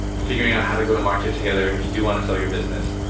figuring out how to go to market together. if you do want to sell your business,